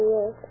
Yes